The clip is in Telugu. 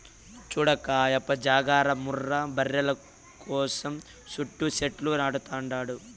చూడక్కా ఆయప్ప జాగర్త ముర్రా బర్రెల కోసం సుట్టూ సెట్లు నాటతండాడు